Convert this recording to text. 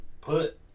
put